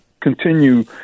continue